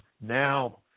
now